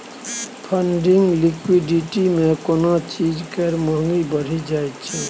funding liquidity मे कोनो चीज केर महंगी बढ़ि जाइ छै